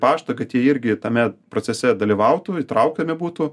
paštą kad jie irgi tame procese dalyvautų įtraukiami būtų